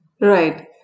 Right